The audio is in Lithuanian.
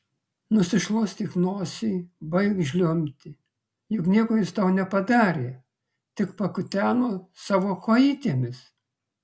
nusišluostyk nosį baik žliumbti juk nieko jis tau nepadarė tik pakuteno savo kojytėmis